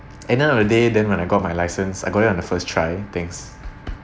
at the end of the day then when I got my license I got it on the first try thanks